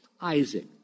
Isaac